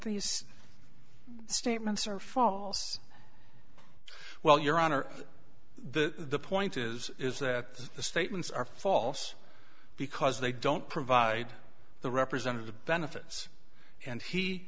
these statements are false well your honor the point is is that the statements are false because they don't provide the representative benefits and he